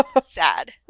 Sad